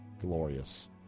glorious